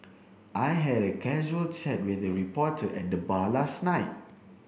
I had a casual chat with a reporter at the bar last night